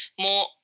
more